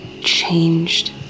changed